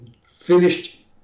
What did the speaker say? finished